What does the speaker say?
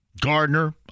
Gardner